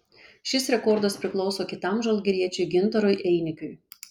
šis rekordas priklauso kitam žalgiriečiui gintarui einikiui